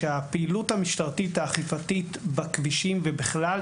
שהפעילות המשטרתית האכיפתית בכבישים ובכלל,